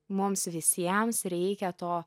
mums visiems reikia to